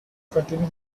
continue